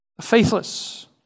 Faithless